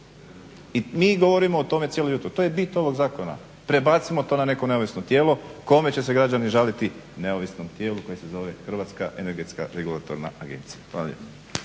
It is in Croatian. i mi govorimo o tome cijelo jutro. To je bit ovog zakona, prebacimo to na neko neovisno tijelo kome će se građani žaliti neovisnom tijelu koji se zove Hrvatska energetska regulatorna agencija.